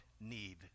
need